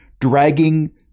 dragging